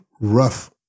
rough